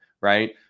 right